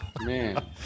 man